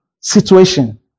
situation